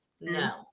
no